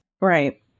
Right